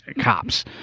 Cops